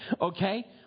Okay